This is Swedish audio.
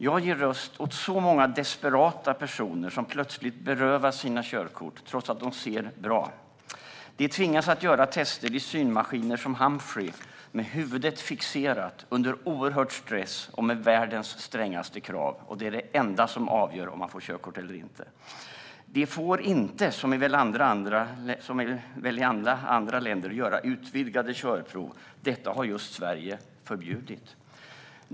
Jag ger röst åt så många desperata personer som plötsligt berövas sina körkort, trots att de ser bra. De tvingas att göra tester i synmaskiner som Humphrey, med huvudet fixerat, under oerhörd stress och med världens strängaste krav. Det är det enda som avgör om de får behålla körkortet eller inte. De får inte, som väl i alla andra länder, göra utvidgade körprov. Detta har Sverige förbjudit.